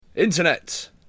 Internet